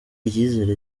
icyizere